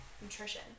nutrition